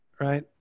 Right